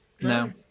no